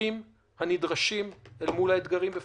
בהיקפים הנדרשים אל מול האתגרים שניצבים